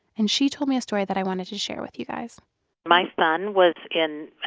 and she told me a story that i wanted to share with you guys my son was in,